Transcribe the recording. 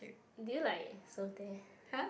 did you like serve there